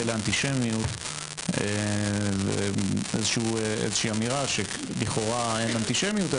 לאנטישמיות ויש איזה שהיא אמירה שלכאורה אין אנטישמיות,